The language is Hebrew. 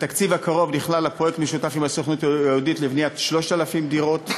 בתקציב הקרוב נכלל פרויקט משותף עם הסוכנות היהודית לבניית 3,000 דירות.